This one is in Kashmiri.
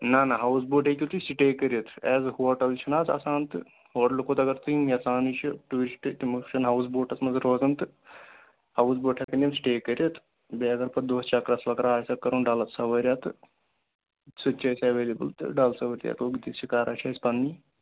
نہ نہ ہاوُس بوٹ ہیٚکِو تُہۍ سِٹے کٔرِتھ ایز ہوٹَل چھِنہٕ حظ آسان تہٕ ہوٹلہٕ کھۄتہٕ اگر تِم یژھان چھِ ٹوٗرِسٹ تِم یژھان ہاوُس بوٹَس منٛز روزَن تہٕ ہاوُس بوٹ ہٮ۪کَن تِم سِٹے کٔرِتھ بیٚیہِ اگر پَتہٕ دۄہ چَکرَس وکرا آسٮ۪کھ کَرُن ڈَلہٕ سَوٲریٛا تہٕ سُہ تہِ چھِ اَسہِ اٮ۪ویلیبٕل تہٕ ڈَلہٕ سَوٲرۍ تہِ ہٮ۪کوکھ دِتھ شِکارا چھِ اَسہِ پنٛنی